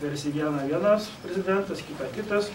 versi į vieną vienas prezidentas kitą kitas